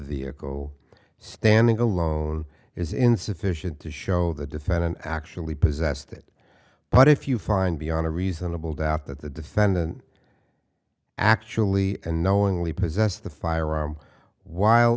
vehicle standing alone is insufficient to show the defendant actually possessed it but if you find beyond a reasonable doubt that the defendant actually knowingly possess the firearm while